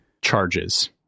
charges